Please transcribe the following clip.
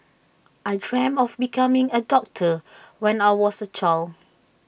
I dreamt of becoming A doctor when I was A child